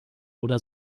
oder